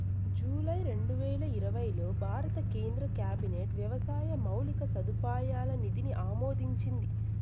July రెండువేల ఇరవైలో భారత కేంద్ర క్యాబినెట్ వ్యవసాయ మౌలిక సదుపాయాల నిధిని ఆమోదించింది